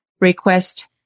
request